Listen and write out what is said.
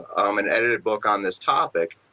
um and edited book on this topic.